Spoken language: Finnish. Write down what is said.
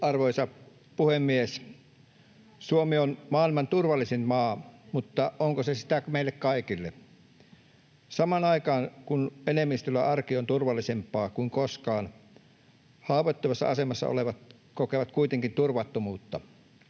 Arvoisa puhemies! Suomi on maailman turvallisin maa — mutta onko se sitä meille kaikille? Samaan aikaan kun enemmistöllä arki on turvallisempaa kuin koskaan, haavoittuvassa asemassa olevat kokevat kuitenkin turvattomuutta.